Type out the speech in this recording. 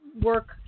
work